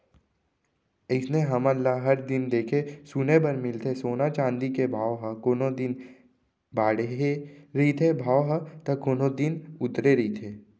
अइसने हमन ल हर दिन देखे सुने बर मिलथे सोना चाँदी के भाव म कोनो दिन बाड़हे रहिथे भाव ह ता कोनो दिन उतरे रहिथे